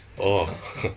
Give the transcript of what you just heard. oh